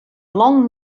long